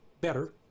better